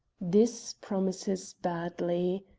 this promises badly,